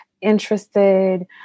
interested